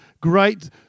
great